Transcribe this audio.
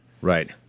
Right